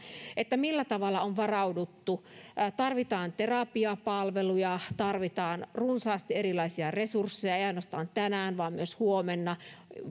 että millä tavalla on varauduttu tähän tarvitaan terapiapalveluja tarvitaan runsaasti erilaisia resursseja ei ainoastaan tänään vaan myös huomenna